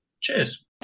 cheers